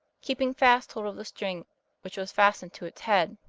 keeping fast hold of the string which was fastened to its head.